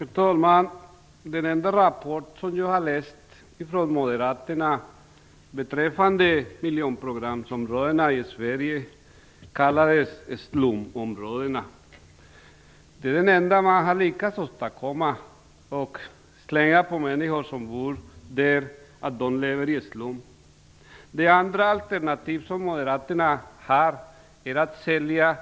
Herr talman! Den enda rapport från Moderaterna som jag har läst om miljonprogramsområdena i Sverige kallades Slumområdena. Det enda de har lyckats åstadkomma är att slänga på människorna där att de lever i slum. Moderaternas alternativ är att sälja